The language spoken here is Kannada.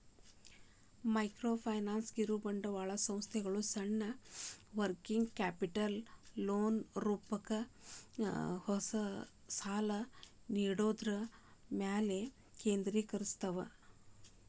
ಮೈಕ್ರೋಫೈನಾನ್ಸ್ ಕಿರುಬಂಡವಾಳ ಸಂಸ್ಥೆಗಳ ಸಣ್ಣ ವರ್ಕಿಂಗ್ ಕ್ಯಾಪಿಟಲ್ ಲೋನ್ಗಳ ರೂಪದಾಗ ಸಾಲನ ನೇಡೋದ್ರ ಮ್ಯಾಲೆ ಕೇಂದ್ರೇಕರಸ್ತವ